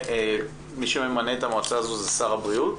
מי שממנה את המועצה הזאת זה שר הבריאות?